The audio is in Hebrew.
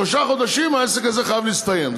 בתוך שלושה חודשים העסק הזה חייב להסתיים,